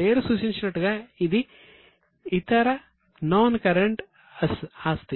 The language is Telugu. పేరు సూచించినట్లుగా ఇది ఇతర నాన్ కారెంట్ ఆస్తి